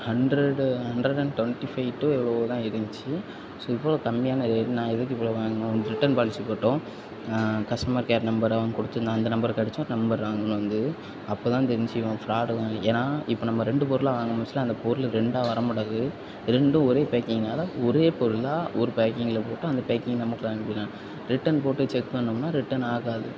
hundred hundred and twenty five to எவ்ளோவோ தான் இருந்துச்சி ஸோ இவ்வளோ கம்மியான ரேட் நான் எதுக்கு இவ்வளோ வாங்கணும் ரிட்டன் பாலிசி போட்டோம் கஸ்டமர் கேர் நம்பர்லாம் கொடுத்துருந்தான் அந்த நம்பருக்கு அடிச்சோம் நம்பர் ராங்ன்னு வந்துது அப்ப தான் தெரிஞ்ச்சு இவன் ஃப்ராடு ஏன்னா இப்போ நம்ம ரெண்டு பொருளாக வாங்கணும்னு நினச்சா அந்த பொருள் ரெண்டா வர மாட்டேங்குது ரெண்டும் ஒரே பேக்கிங்காகதான் ஒரே பொருளாக ஒரு பேக்கிங்கில போட்டு அந்த பேக்கிங் நமக்கு அனுப்பிடுறாங்க ரிட்டன் போட்டு செக் பண்ணோம்னா ரிட்டன் ஆகாது